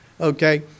okay